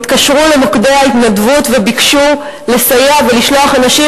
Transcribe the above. התקשרו למוקדי ההתנדבות וביקשו לסייע ולשלוח אנשים,